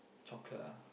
chocolate ah